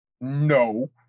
No